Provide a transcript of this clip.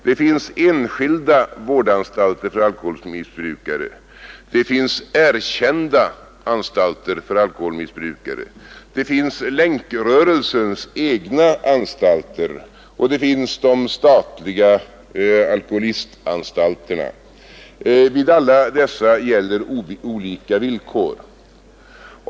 Det finns enskilda vårdanstalter för alkoholmissbrukare, det finns erkända anstalter för alkoholmissbrukare, det finns Länkrörelsens egna anstalter och det finns de statliga alkoholistanstalterna. Vid alla dessa gäller olika villkor.